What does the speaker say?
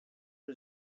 the